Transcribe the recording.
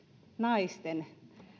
naisten